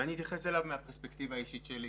ואני אתייחס אליו מהפרספקטיבה האישית שלי: